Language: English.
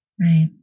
Right